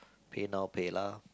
PayNow PayLah